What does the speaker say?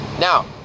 Now